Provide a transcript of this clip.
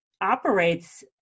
operates